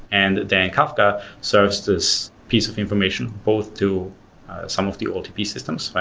and then kafka serves this piece of information both to some of the otp systems, right,